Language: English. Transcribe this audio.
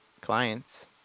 clients